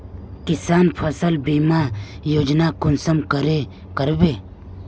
किसान फसल बीमा योजना कुंसम करे करबे?